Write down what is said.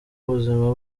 ubuzima